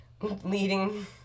leading